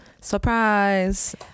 Surprise